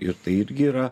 ir tai irgi yra